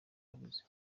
yavuze